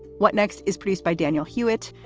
what next is pretty's by daniel hewitt,